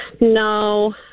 No